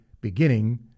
beginning